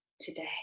today